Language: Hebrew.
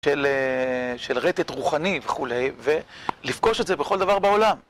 של רטט רוחני וכולי, ולפגוש את זה בכל דבר בעולם.